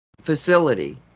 facility